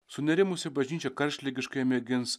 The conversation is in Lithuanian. sunerimusi bažnyčia karštligiškai mėgins